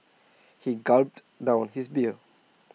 he gulped down his beer